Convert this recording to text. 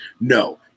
No